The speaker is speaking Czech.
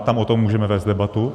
Tam o tom můžeme vést debatu.